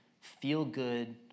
feel-good